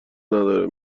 نداره